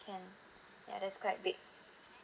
can ya that's quite big